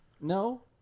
No